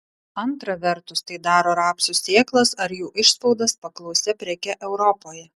antra vertus tai daro rapsų sėklas ar jų išspaudas paklausia preke europoje